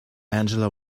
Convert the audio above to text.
angela